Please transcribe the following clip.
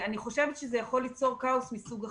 אני חושבת שזה יכול ליצור כאוס מסוג אחר.